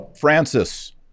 Francis